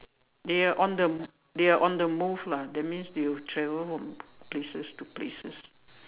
they are on the they are on the move lah that means you travel from places to places